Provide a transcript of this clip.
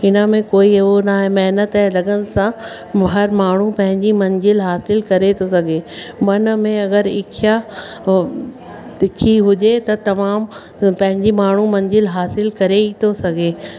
हिन में कोई उहो नाहे महिनत ऐं लगन सां हर माण्हू पंहिंजी मंजिल हासिलु करे थो सघे मन में अगर इछा तिखी हुजे त तमामु पंहिंजी माण्हू मंजिल हासिलु करे ई थो सघे